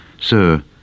Sir